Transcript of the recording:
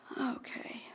Okay